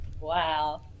Wow